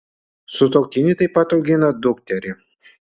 sutuoktiniai taip pat augina dukterį